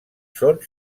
són